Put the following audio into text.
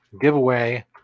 giveaway